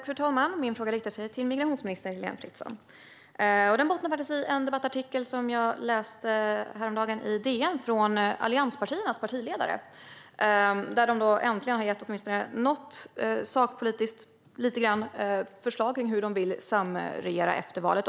Fru talman! Min fråga riktar sig till migrationsminister Heléne Fritzon. Frågan bottnar i en debattartikel från allianspartiernas ledare som jag läste häromdagen i DN. Där gav de äntligen åtminstone något sakpolitiskt förslag på hur de vill samregera efter valet.